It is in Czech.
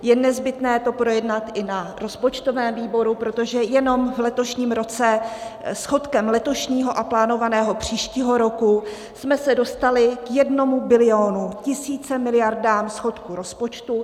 Je nezbytné to projednat i na rozpočtovém výboru, protože jenom v letošním roce schodkem letošního a plánovaného příštího roku jsme se dostali k jednomu bilionu, tisíci miliardám schodku rozpočtu.